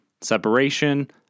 separation